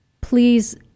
please